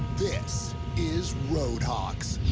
this is road hauks.